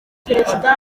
perezida